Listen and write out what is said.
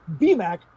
BMAC